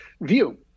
view